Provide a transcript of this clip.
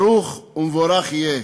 ברוך ומבורך יהיה.